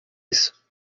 isso